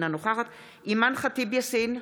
אינה נוכחת אימאן ח'טיב יאסין,